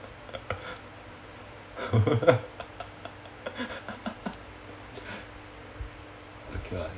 okay lah